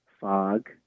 FOG